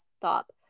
stop